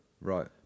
right